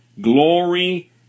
glory